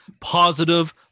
positive